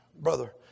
brother